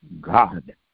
God